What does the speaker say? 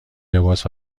لباس